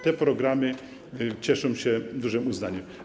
Te programy cieszą się dużym uznaniem.